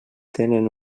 tenen